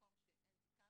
הסיפא